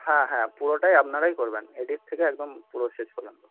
হ্যাঁ হ্যাঁ পুরোটাই আপনারাই করবেন এডিট থেকে একদম পুরো শেষ পর্যন্ত